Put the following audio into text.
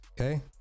Okay